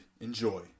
Enjoy